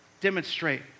demonstrate